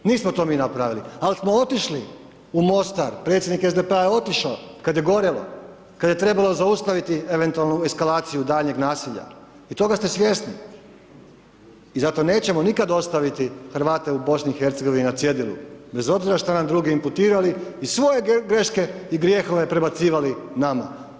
Nismo to mi napravili, ali smo otišli u Mostar, predsjednik SDP-a je otišao, kada je gorjelo, kada je trebalo zaustaviti eventualnu eskalaciju daljnjeg nasilja i toga ste svjesni i zato nećemo nikada ostaviti Hrvate u BIH na cijedilo, bez obzira što nam drugi imputirali i svoje greške i grijeh ove prebacivali nama.